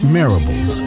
Marables